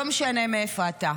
לא משנה מאיפה אתה.